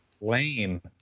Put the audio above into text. Lame